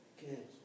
Good